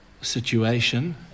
situation